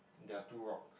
there are two rocks